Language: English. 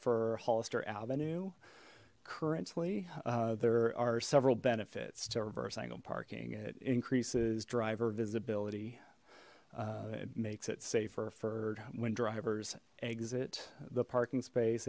hollister avenue currently there are several benefits to reverse angle parking it increases driver visibility it makes it safer for when drivers exit the parking space